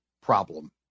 problem